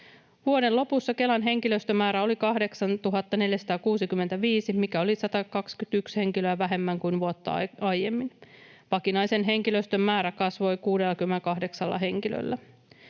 Vuoden lopussa Kelan henkilöstömäärä oli 8 465, mikä oli 121 henkilöä vähemmän kuin vuotta aiemmin. Vakinaisen henkilöstön määrä kasvoi 68 henkilöllä.